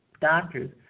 doctors